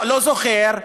לא זוכר,